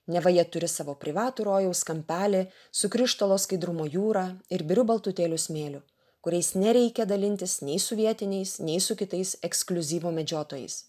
neva jie turi savo privatų rojaus kampelį su krištolo skaidrumo jūra ir biriu baltutėliu smėliu kuriais nereikia dalintis nei su vietiniais nei su kitais ekskliuzyvų medžiotojais